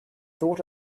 thought